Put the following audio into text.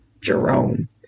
Jerome